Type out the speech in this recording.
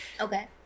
Okay